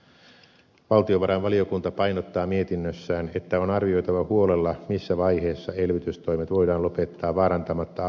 valtiova rainvaliokunta painottaa mietinnössään että on arvioitava huolella missä vaiheessa elvytystoimet voidaan lopettaa vaarantamatta alkanutta talouskasvua